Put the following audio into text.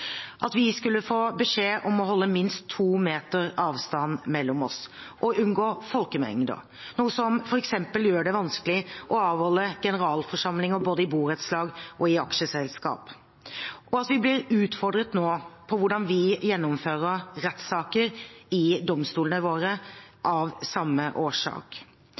at vi skulle få beskjed om å holde minst to meters avstand mellom oss og unngå folkemengder, noe som f.eks. gjør det vanskelig å avholde generalforsamlinger både i borettslag og i aksjeselskap, og at vi nå blir utfordret på hvordan vi gjennomfører rettssaker i domstolene våre – av samme årsak.